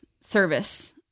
service